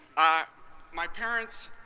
ah my parents,